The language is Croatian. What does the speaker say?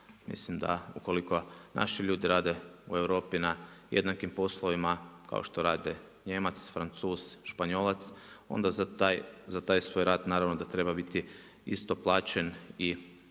mislim da ukoliko naši ljudi rade u Europi na jednakim poslovima, kao što rade Nijemac, Francuz, Španjolac, onda za taj svoj rad naravno da treba biti isto plaćen i